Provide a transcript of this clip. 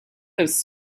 those